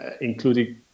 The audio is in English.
including